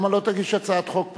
למה לא תגיש הצעת חוק פרטית?